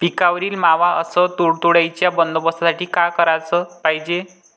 पिकावरील मावा अस तुडतुड्याइच्या बंदोबस्तासाठी का कराच पायजे?